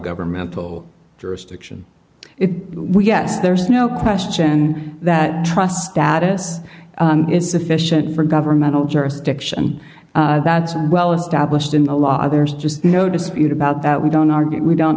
governmental jurisdiction it will get there's no question that trust that is insufficient for governmental jurisdiction that's well established in the law there's just no dispute about that we don't argue we don't